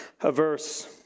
averse